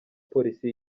polisi